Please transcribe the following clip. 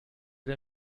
der